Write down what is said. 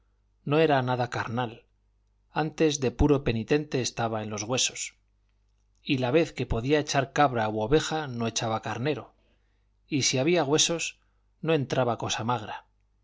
no era nada carnal antes de puro penitente estaba en los huesos y la vez que podía echar cabra u oveja no echaba carnero y si había huesos no entraba cosa magra